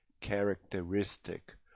characteristic